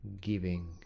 giving